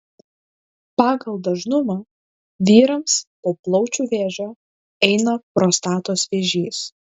pagal dažnumą vyrams po plaučių vėžio eina prostatos vėžys